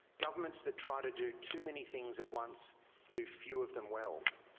governments that try to do too many things at once do few of them well.